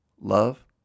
Love